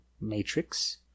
Matrix